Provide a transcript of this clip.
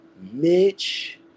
Mitch